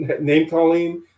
name-calling